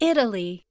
Italy